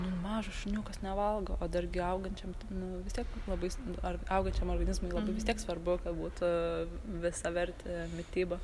nu mažas šuniukas nevalgo o dargi augančiam t nu vis tiek labai s ar augančiam organizmui labai vis tiek svarbu ka būtų visavertė mityba